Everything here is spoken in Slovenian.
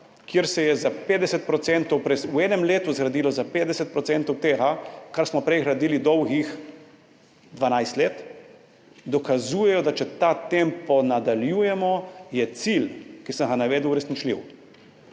kjer se je v enem letu zgradilo za 50 % tega, kar smo prej gradili dolgih 12 let, dokazujejo, da če ta tempo nadaljujemo, je cilj, ki sem ga navedel, uresničljiv.